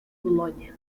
boulogne